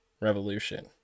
revolution